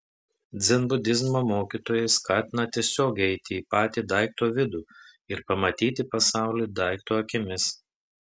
dzenbudizmo mokytojai skatina tiesiog įeiti į patį daikto vidų ir pamatyti pasaulį daikto akimis